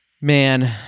Man